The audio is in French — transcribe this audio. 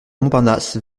montparnasse